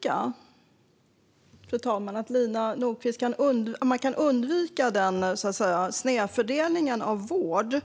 Kan man undvika den snedfördelningen av vården?